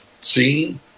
seen